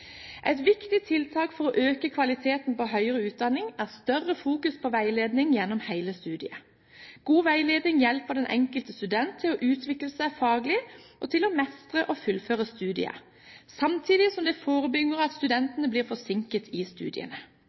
Et viktig tiltak for å øke kvaliteten på høyere utdanning er sterkere fokus på veiledning gjennom hele studiet. God veiledning hjelper den enkelte student til å utvikle seg faglig og til å mestre og fullføre studiet, samtidig som det forebygger at studentene blir forsinket i studiene.